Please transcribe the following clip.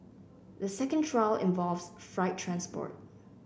the second trial involves freight transport